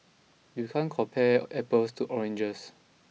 you can't compare apples to oranges